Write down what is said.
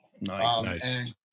Nice